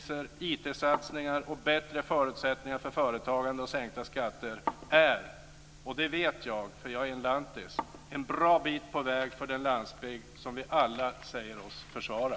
satsningar, bättre förutsättningar för företagande och sänkta skatter är - det vet jag, för jag är en lantis - en bra bit på väg för den landsbygd som vi alla säger oss försvara.